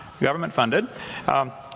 government-funded